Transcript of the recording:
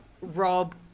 Rob